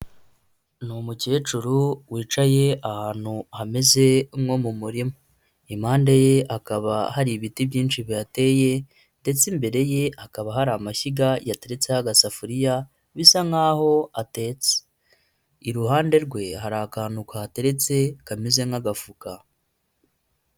Ni umukecuru wicaye ahantu hameze nko mu murima, impande ye hakaba hari ibiti byinshi bihateye ndetse imbere ye hakaba hari amashyiga yateretseho agasafuriya bisa nkaho atetse, iruhande rwe hari akantu kahateretse kameze nk'agafuka.